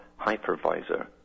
hypervisor